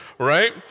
Right